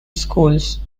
schools